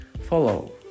follow